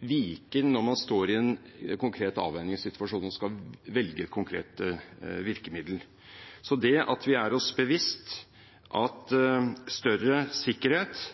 vike når man står i en konkret avveiningssituasjon og skal velge et konkret virkemiddel. Så det at vi er oss bevisst at større sikkerhet